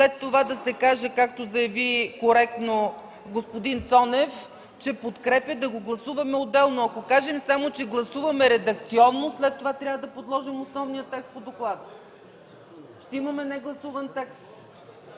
след това да се каже, както заяви коректно господин Цонев, че подкрепя, да го гласуваме отделно. Ако кажем само, че гласуваме редакционно, след това трябва да подложим на гласуване основния текст по доклада. Ще имаме негласуван текст.